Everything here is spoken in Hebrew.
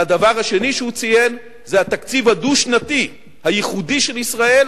והדבר השני שהוא ציין זה התקציב הדו-שנתי הייחודי של ישראל,